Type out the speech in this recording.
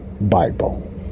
Bible